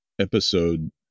episode